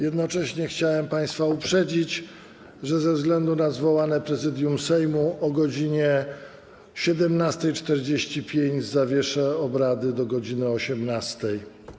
Jednocześnie chciałem państwa uprzedzić, że ze względu na zwołane posiedzenie Prezydium Sejmu o godz. 17.45 zawieszę obrady do godz. 18.